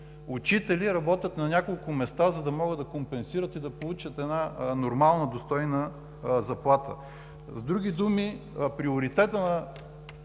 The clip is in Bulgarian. учители работят на няколко места, за да могат да компенсират и да получат една нормална и достойна заплата. С други думи приоритетът на